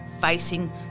facing